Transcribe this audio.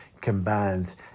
combines